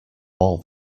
all